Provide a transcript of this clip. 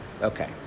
Okay